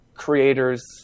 creators